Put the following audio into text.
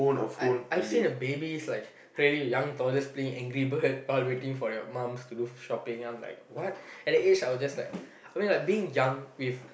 I I've seen a babies like really young toddler playing angry birds while waiting for their mum's to do shopping I'm like what at the age I were just like I mean like being young with